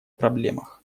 проблемах